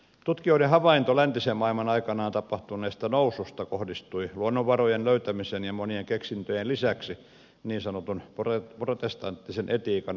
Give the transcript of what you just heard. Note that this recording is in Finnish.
tutkijoiden havainto läntisen maailman aikanaan tapahtuneesta noususta kohdistui luonnonvarojen löytämisen ja monien keksintöjen lisäksi niin sanotun protestanttisen etiikan voimakkaaseen vaikutukseen